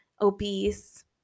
Obese